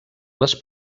les